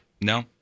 No